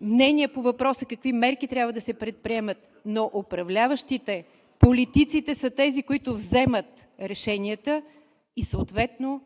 мнения по въпроса какви мерки трябва да се предприемат. Но управляващите, политиците са тези, които вземат решенията и съответно